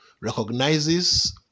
recognizes